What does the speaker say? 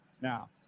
Now